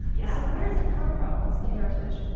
yeah where does it come from? what's the heritage?